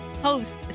Host